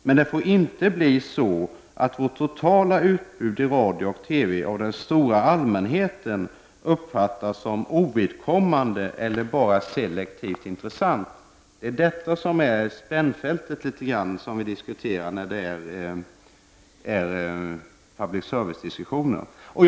Men det får inte bli så att vårt totala utbud i radio och tv av den stora allmänheten uppfattas som ovidkommande eller bara selektivt intressant.” Det är detta som så att säga litet grand är spännfältet vid public servicediskussionerna.